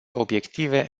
obiective